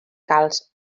calç